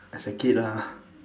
as a kid lah